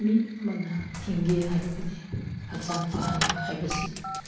ꯃꯤ ꯑꯃꯅ ꯍꯤꯡꯒꯦ ꯍꯥꯏꯔꯕꯗꯤ ꯍꯛꯆꯥꯡ ꯐꯍꯟꯕ ꯍꯥꯏꯕꯁꯤ